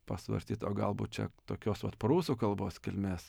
pasvarstyt o galbūt čia tokios vat prūsų kalbos kilmės